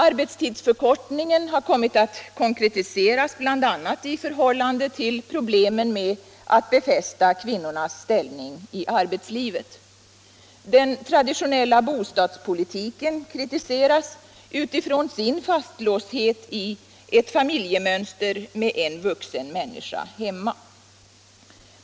Arbetstidsförkortningen har kommit att konkretiseras, bl.a. i förhållande till problemen med de flesta kvinnors ställning i arbetslivet. Den traditionella bostadspolitiken kritiseras utifrån sin fastlåsthet i ett familjemönster med en vuxen människa hemma.